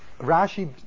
Rashi